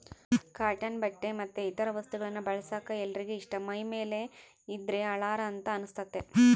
cotton ಬಟ್ಟೆ ಮತ್ತೆ ಇತರ ವಸ್ತುಗಳನ್ನ ಬಳಸಕ ಎಲ್ಲರಿಗೆ ಇಷ್ಟ ಮೈಮೇಲೆ ಇದ್ದ್ರೆ ಹಳಾರ ಅಂತ ಅನಸ್ತತೆ